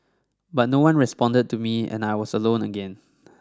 but no one responded to me and I was alone again